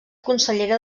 consellera